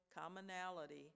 commonality